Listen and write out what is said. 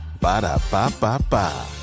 Ba-da-ba-ba-ba